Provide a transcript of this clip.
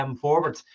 Forward